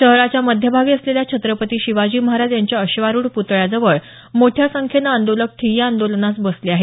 शहराच्या मध्यभागी असलेल्या छत्रपती शिवाजी महाराज यांच्या अश्वारुढ पुतळ्याजवळ मोठ्या संख्येनं आंदोलक ठिय्या आंदोलनास बसले आहेत